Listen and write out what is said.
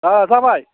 ओ जाबाय